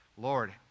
Lord